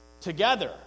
together